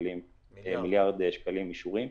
מיליארד שקלים אישורים,